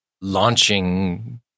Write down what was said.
launching